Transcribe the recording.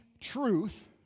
truth